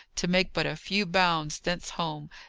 to make but a few bounds thence home,